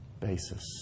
basis